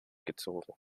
gezogen